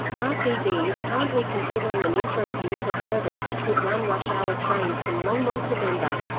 ah rtd is currently considering an interim commuter service which would run rush-hour trains from longmont to denver.